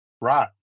Right